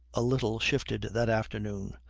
a little shifted that afternoon,